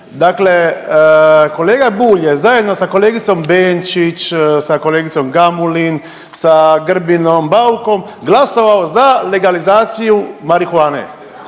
Dakle kolega Bulj je zajedno sa kolegicom Benčić, sa kolegicom Gamulin, sa Grbinom, Baukom, glasovao za legalizaciju marihuane.